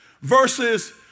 versus